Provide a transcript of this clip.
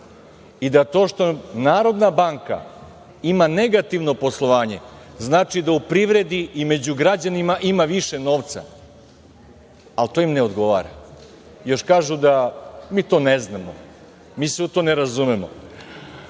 i da to što Narodna banka ima negativno poslovanje znači da u privredi i među građanima ima više novca. Ali, to im ne odgovara. Još kažu – mi to ne znamo, mi se u to ne razumemo. Kada